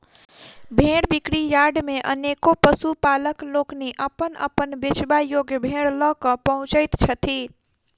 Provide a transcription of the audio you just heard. भेंड़ बिक्री यार्ड मे अनेको पशुपालक लोकनि अपन अपन बेचबा योग्य भेंड़ ल क पहुँचैत छथि